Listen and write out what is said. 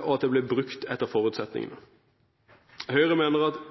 og at den blir brukt etter forutsetningene. Høyre mener at Utenriksdepartementet må følge anbefalingene til Riksrevisjonen og at